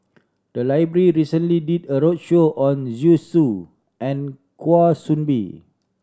the library recently did a roadshow on Zhu Xu and Kwa Soon Bee